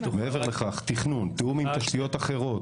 מעבר לכך, תכנון, תיאום עם תשתיות אחרות,